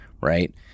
right